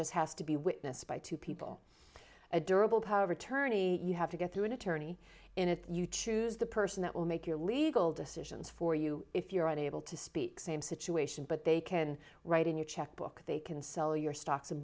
just has to be witnessed by two people a durable power of attorney you have to get through an attorney and if you choose the person that will make your legal decisions for you if you're unable to speak same situation but they can write in your checkbook they can sell your stocks and